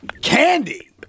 candy